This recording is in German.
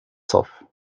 zoff